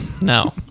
No